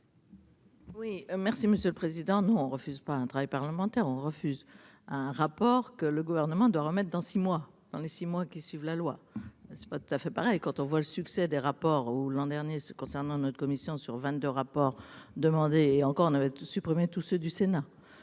Oui merci monsieur le président, nous on refuse pas un travail parlementaire on refuse un rapport que le gouvernement de remettre dans six mois dans les 6 mois qui suivent la loi c'est pas tout à fait pareil quand on voit le succès des rapports ou l'an dernier, concernant notre commission sur 22 rapport demandé et encore on avait tout supprimé tous ceux du Sénat